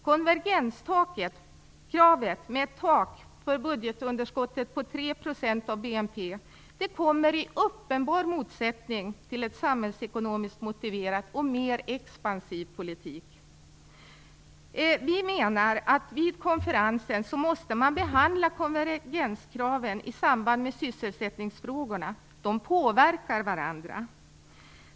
Konvergenskravet på ett tak för budgetunderskottet vid 3 % av BNP står i uppenbar motsättning till en samhällsekonomiskt motiverad och mer expansiv politik. Vi menar att man vid konferensen måste behandla konvergenskraven i samband med sysselsättningsfrågorna. De påverkar varandra.